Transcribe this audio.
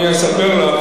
אני אספר לך